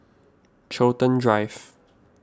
Chiltern Drive